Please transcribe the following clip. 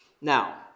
now